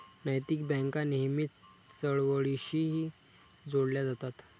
नैतिक बँका नेहमीच चळवळींशीही जोडल्या जातात